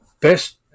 Best